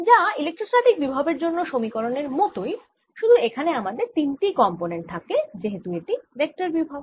যা ইলেক্ট্রোস্ট্যাটিক বিভবের জন্য সমীকরণের মতই শুধু এখানে আমাদের তিন টি কম্পোনেন্ট থাকে যেহেতু এটি ভেক্টর বিভব